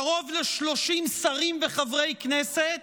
קרוב ל-30 שרים וחברי כנסת,